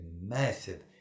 massive